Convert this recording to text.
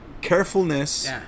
carefulness